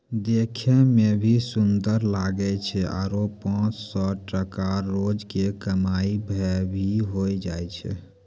देखै मॅ भी सुन्दर लागै छै आरो पांच सौ टका रोज के कमाई भा भी होय जाय छै